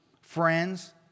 friends